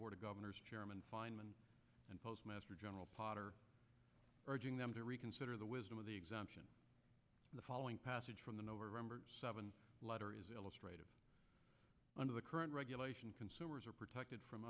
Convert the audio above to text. board of governors chairman and postmaster general potter urging them to reconsider the wisdom of the exemption in the following passage from the november letter is illustrated under the current regulation consumers are protected from